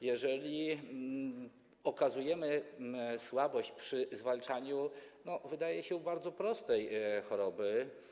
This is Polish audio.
Jeżeli okazujemy słabość przy zwalczaniu, wydaje się, bardzo prostej choroby.